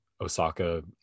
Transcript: Osaka